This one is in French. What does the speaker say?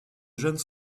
jeunes